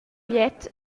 gliet